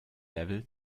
level